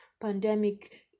pandemic